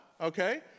okay